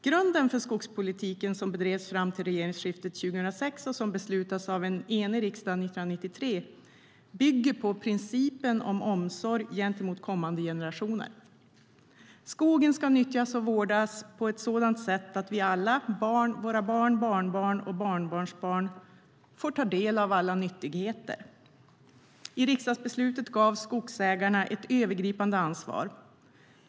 Grunden för skogspolitiken som bedrevs fram till regeringsskiftet 2006, och som beslutades av en enig riksdag 1993, bygger på principen om omsorg om kommande generationer. Skogen ska nyttjas och vårdas på ett sådant sätt att vi alla, våra barn, barnbarn och barnbarnsbarn får ta del av alla nyttigheter. I riksdagsbeslutet gavs skogsägarna ett övergripande ansvar.